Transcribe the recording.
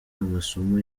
amasomo